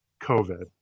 COVID